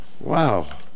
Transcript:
Wow